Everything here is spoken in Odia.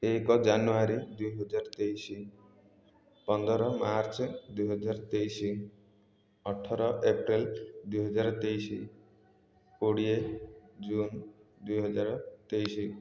ଏକ ଜାନୁଆରୀ ଦୁଇହଜାର ତେଇଶି ପନ୍ଦର ମାର୍ଚ୍ଚ ଦୁଇହଜାର ତେଇଶି ଅଠର ଏପ୍ରିଲ୍ ଦୁଇହଜାର ତେଇଶି କୋଡ଼ିଏ ଜୁନ୍ ଦୁଇହଜାର ତେଇଶି